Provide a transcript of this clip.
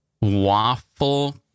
Waffle